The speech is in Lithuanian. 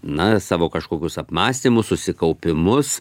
na savo kažkokius apmąstymus susikaupimus